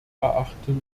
erachtens